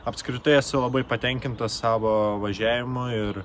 apskritai esu labai patenkintas savo važiavimu ir